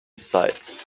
sides